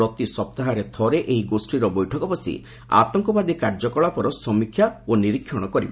ପ୍ରତି ସପ୍ତାହରେ ଥରେ ଏହି ଗୋଷୀର ବୈଠକ ବସି ଆତଙ୍କବାଦୀ କାର୍ଯ୍ୟକଳାପର ସମୀକ୍ଷା ଓ ନିରୀକ୍ଷଣ କରାଯିବ